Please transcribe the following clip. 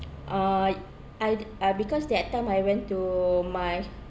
uh I uh because that time I went to my